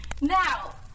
Now